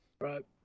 Right